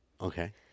Okay